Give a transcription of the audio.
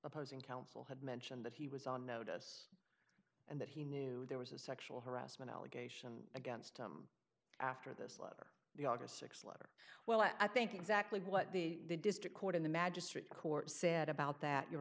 opposing counsel had mentioned that he was on notice and that he knew there was a sexual harassment allegation against him after this letter the august th lawyer well i think exactly what the district court in the magistrate court said about that your